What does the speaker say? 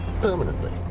permanently